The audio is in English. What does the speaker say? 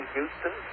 Houston